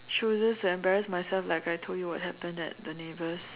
chooses to embarrass myself like I told you what happened at the neighbours